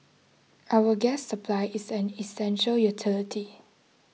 our gas supply is an essential utility